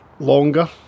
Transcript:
longer